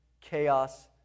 chaos